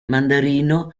mandarino